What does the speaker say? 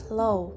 low